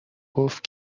گفت